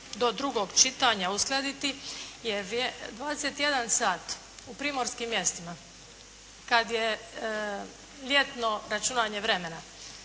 do drugog čitanja uskladiti. Jer 21 sat u primorskim mjestima kada je ljetno računanje vremena,